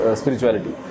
spirituality